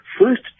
First